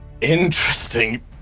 Interesting